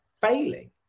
failing